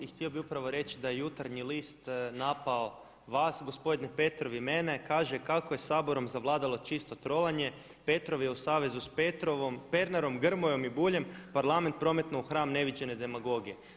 I htio bih upravo reći da je Jutarnji list napao vas gospodine Petrovi i mene, kaže „kako je Saborom zavladalo čisto trovanje Petrov je u savezu s Pernarom, Gromojom i Buljem Parlament prometno u hram neviđene demagogije“